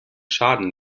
schaden